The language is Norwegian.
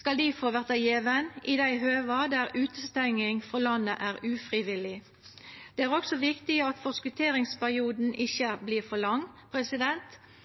skal difor verta gjeven i dei høva der utestenging frå landet er ufrivillig. Det er også viktig at forskotteringsperioden ikkje vert for lang.